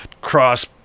cross